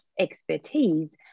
expertise